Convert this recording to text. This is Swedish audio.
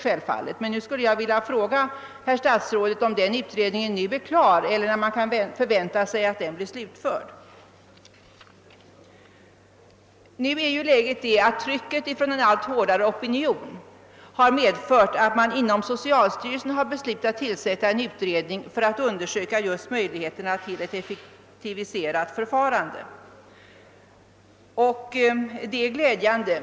Jag skulle vilja fråga statsrådet om denna utredning nu är klar och, om inte, när man kan förvänta sig att den blir slutförd. Trycket från en allt hårdare opinion har medfört att man inom socialstyrelsen beslutat tillsätta en utredning för att undersöka möjligheterna till ett effektiviserat förfarande. Det är glädjande.